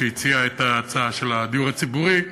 שהציעה את ההצעה של הדיור הציבורי,